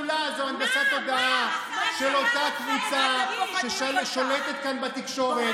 אבל שבחדשות יגידו "הרפורמה להחלשת מערכת המשפט"?